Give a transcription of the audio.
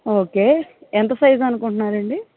okay ఎంత size అనుకుంటున్నారండి